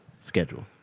schedule